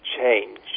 change